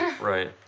Right